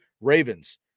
Ravens